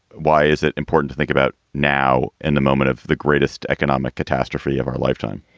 why is it important to think about now in the moment of the greatest economic catastrophe of our lifetime?